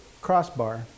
crossbar